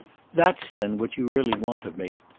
that's then what you really want of me.